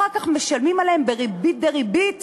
אחר כך משלמים עליהם בריבית דריבית